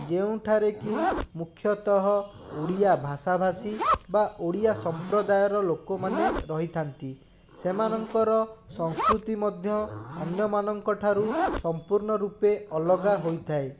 ଯେଉଁଠାରେ କି ମୁଖ୍ୟତଃ ଓଡ଼ିଆ ଭାଷାଭାଷି ବା ଓଡ଼ିଆ ସମ୍ପ୍ରଦାୟର ଲୋକମାନେ ରହିଥାନ୍ତି ସେମାନଙ୍କର ସଂସ୍କୃତି ମଧ୍ୟ ଅନ୍ୟମାନଙ୍କ ଠାରୁ ସମ୍ପୂର୍ଣ୍ଣ ରୂପେ ଅଲଗା ହୋଇଥାଏ